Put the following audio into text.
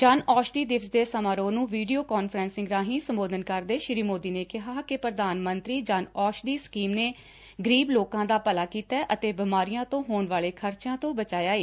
ਜਨ ਔਸ਼ਧੀ ਦਿਵਸ ਦੇ ਸਮਾਰੋਹ ਨੂੰ ਵੀਡੀਓ ਕਾਨਫਰਸਿੰਗ ਰਾਹੀ ਸੰਬੋਧਨ ਕਰਦੇ ਸ੍ਰੀ ਸੋਦੀ ਨੇ ਕਿਹਾ ਕਿ ਪ੍ਰਧਾਨ ਮੰਤਰੀ ਜਨ ਔਸ਼ਧੀ ਸਕੀਮ ਨੇ ਗਰੀਬ ਲੋਕਾਂ ਦਾ ਭਲਾ ਕੀਤੈ ਅਤੇ ਬੀਮਾਰੀਆਂ ਤੋਂ ਹੋਣ ਵਾਲੇ ਖਰਚਿਆਂ ਤੋਂ ਬਚਾਇਆ ਏ